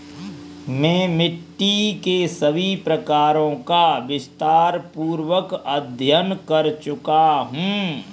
मैं मिट्टी के सभी प्रकारों का विस्तारपूर्वक अध्ययन कर चुका हूं